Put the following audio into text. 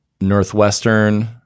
Northwestern